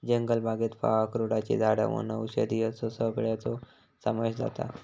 जंगलबागेत फळां, अक्रोडची झाडां वनौषधी असो सगळ्याचो समावेश जाता